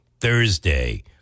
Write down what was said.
Thursday